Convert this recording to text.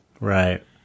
Right